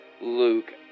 Luke